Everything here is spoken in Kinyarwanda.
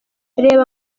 reba